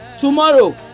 Tomorrow